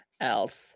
else